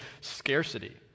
scarcity